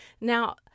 Now